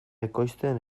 ekoizten